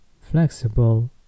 flexible